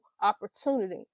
opportunity